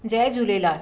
Jay Jhulelal